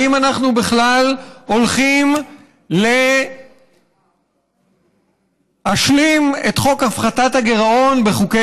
אם אנחנו בכלל הולכים להשלים את חוק הפחתת הגירעון בחוקי